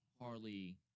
Harley